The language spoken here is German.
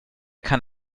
kann